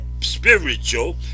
spiritual